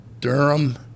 Durham